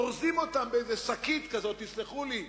אורזים אותן באיזו שקית, תסלחו לי,